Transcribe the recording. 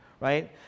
right